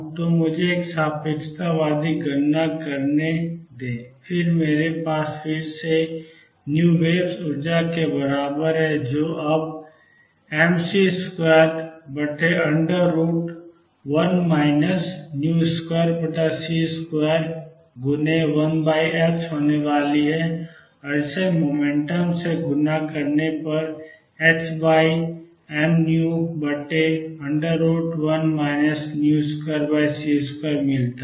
तो मुझे एक सापेक्षतावादी गणना करने दें फिर मेरे पास फिर से vwaves ऊर्जा के बराबर है जो अब mc21 v2c21h होने वाली और इसे मोमेंटम से गुणा करने पर hmv1 v2c2मिलता है